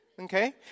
Okay